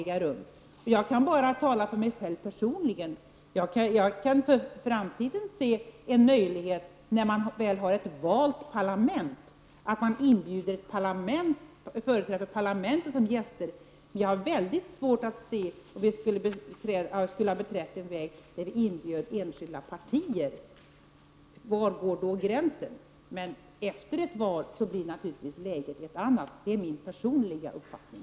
Jag kan bara uttala mig för egen del, och jag kan mycket väl tänka mig att vi i framtiden, när valen har ägt rum, inbjuder företrädare för parlamenten som gäster. Jag har däremot svårt att inse att vi kan inbjuda enskilda partier. Var går i så fall gränsen? Men efter valen blir läget naturligtvis ett annat. Det är min personliga uppfattning.